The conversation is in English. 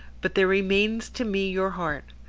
but there remains to me your heart.